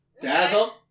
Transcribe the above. Dazzle